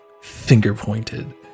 finger-pointed